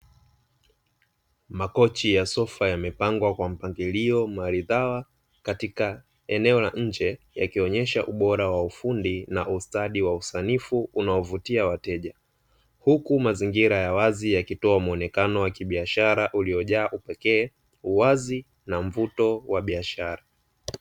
Makochi ya sofa yamepangwa kwa mpangilio maridhawa katika eneo la nje yakionyesha ubora wa ufundi na ustadi wa usanifu unaovutia wateja, huku mazingira ya wazi yakitoa muonekano wa biashara uliojaa upekee, uwazi na mvuto wa biashara.